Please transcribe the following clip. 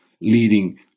leading